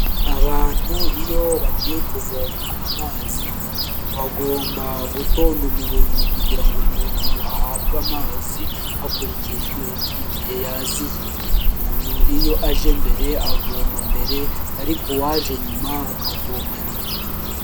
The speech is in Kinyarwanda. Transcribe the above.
Abantu iyo bagiye kuvoma amazi bagomba gutonda umurongo kugira ngo umuntu ahabwe amazi hakurikijwe igihe yaziye, umuntu iyo aje mbere avoma mbere ariko uwaje nyuma akavoma nyuma.